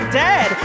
dead